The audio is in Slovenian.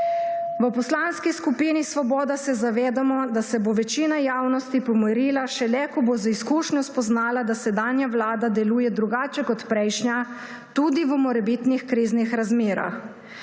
V Poslanski skupini Svoboda se zavedamo, da se bo večina javnosti pomirila šele, ko bo z izkušnjo spoznala, da sedanja vlada deluje drugače kot prejšnja, tudi v morebitnih kriznih razmerah.